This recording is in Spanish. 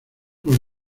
los